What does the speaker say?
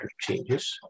changes